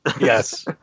Yes